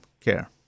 care